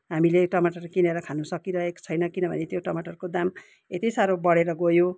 हामीले टमाटर किनेर खानु सकिरहेको छैन किनभने त्यो टमाटरको दाम यति साह्रो बढेर गयो